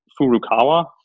Furukawa